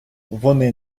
вони